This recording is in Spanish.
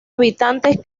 habitantes